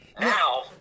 Now